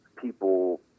people